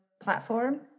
platform